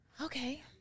okay